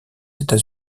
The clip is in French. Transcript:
états